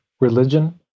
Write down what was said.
religion